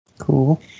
cool